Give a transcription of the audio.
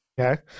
Okay